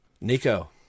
Nico